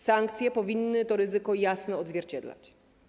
Sankcje powinny to ryzyko jasno odzwierciedlać.